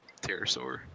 pterosaur